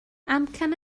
amcan